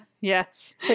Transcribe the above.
Yes